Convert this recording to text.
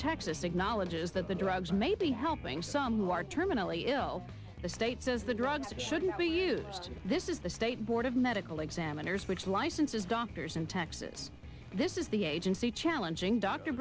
texas acknowledges that the drugs may be helping some large terminally ill the state says the drugs should be used this is the state board of medical examiners which licenses doctors in texas this is the agency challenging dr